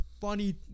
funny